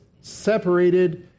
separated